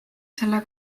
selle